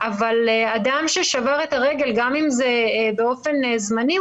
אבל אדם ששבר את הרגל גם אם זה באופן זמני,